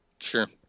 Sure